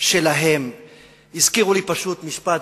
שלהם הזכירו לי פשוט משפט,